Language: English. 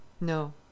No